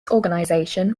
organisation